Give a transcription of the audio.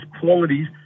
qualities